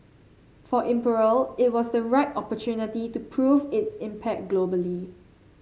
for Imperial it was the right opportunity to prove its impact globally